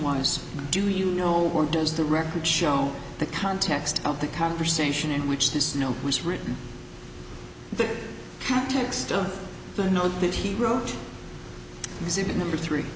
was do you know or does the record show the context of the conversation in which this note was written the context of the note that he wrote exhibit number three